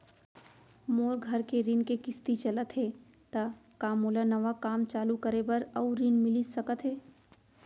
मोर घर के ऋण के किसती चलत हे ता का मोला नवा काम चालू करे बर अऊ ऋण मिलिस सकत हे?